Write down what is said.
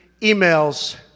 emails